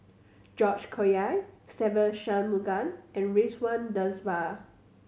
George Collyer Se Ve Shanmugam and Ridzwan Dzafir